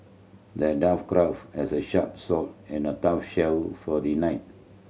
the dwarf crafted as a sharp sword and a tough shield for the knight